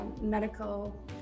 medical